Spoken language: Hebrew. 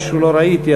ומי שלא ראיתי,